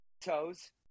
Toes